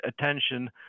attention